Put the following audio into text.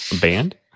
Band